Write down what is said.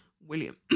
William